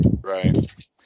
Right